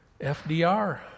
FDR